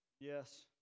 yes